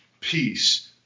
peace